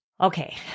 Okay